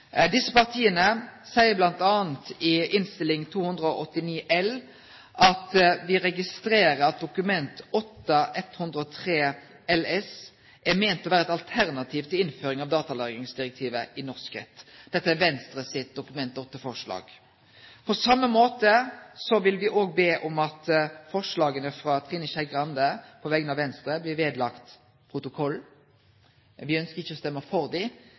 Desse partia seier bl.a. i Innst. 289 L for 2010–2011 at me «registrerer at Dokument 8:103 LS er ment å være et alternativ til innføring av datalagringsdirektivet i norsk rett». Dette er Venstre sitt Dokument nr. 8-forslag. På same måten vil me òg be om at forslaga frå Trine Skei Grande på vegner av Venstre blir lagde ved protokollen. Me ønskjer ikkje å stemme for dei,